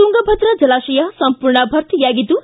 ತುಂಗಭದ್ರಾ ಜಲಾಶಯ ಸಂಪೂರ್ಣ ಭರ್ತಿಯಾಗಿದ್ದು